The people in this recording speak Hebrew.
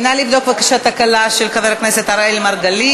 נא לבדוק תקלה אצל חבר הכנסת אראל מרגלית.